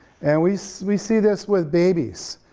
and we so we see this with babies.